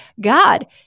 God